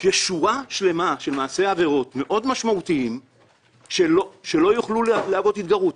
יש שורה שלמה של מעשי עבירה משמעותיים שלא יוכלו להוות התגרות.